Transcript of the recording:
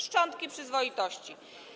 Szczątki przyzwoitości.